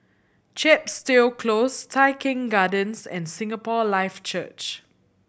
Chepstow Close Tai Keng Gardens and Singapore Life Church